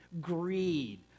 greed